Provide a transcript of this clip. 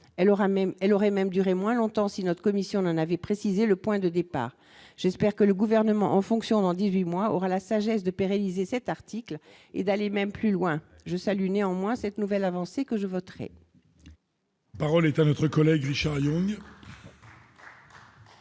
elle aurait même duré moins longtemps si notre commission n'en avait précisé le point de départ, j'espère que le gouvernement en fonction dans 18 mois aura la sagesse de pérenniser cet article et d'aller même plus loin : je salue néanmoins cette nouvelle avancée que je voterais. Parole est à notre collègue Richard Yung.